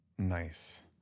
Nice